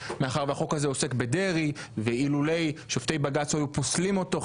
מאחר והחוק הזה עוסק בדרעי ואילולי שופטי בג"צ היו פוסלים אותו,